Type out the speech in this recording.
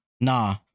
Nah